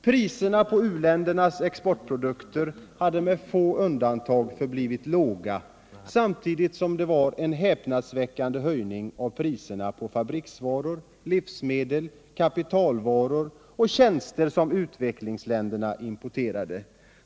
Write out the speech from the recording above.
Priserna på u-ländernas exportprodukter hade med få undantag förblivit låga samtidigt som det varit ”en häpnadsväckande höjning av priserna på fabriksvaror, livsmedel, kapitalvaror och tjänster som utvecklingsländerna importerat”.